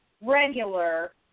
regular